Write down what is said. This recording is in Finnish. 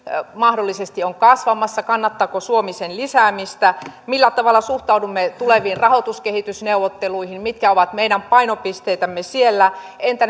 mahdollisesti on kasvamassa kannattaako suomi sen lisäämistä millä tavalla suhtaudumme tuleviin rahoituskehysneuvotteluihin mitkä ovat meidän painopisteitämme siellä entä